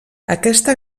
aquesta